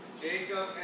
Jacob